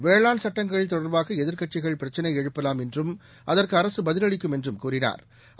வேளாண் சட்டங்கள் தொடா்பாகஎதிர்க்கட்சிகள் பிரச்சினைஎழுப்பலாம் என்றும் அதற்குஅரசுபதிலளிக்கும் என்றும் கூறினா்